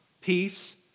peace